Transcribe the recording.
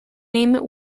name